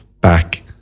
back